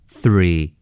three